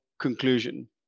conclusion